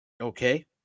Okay